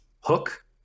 hook